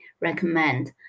recommend